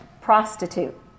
prostitute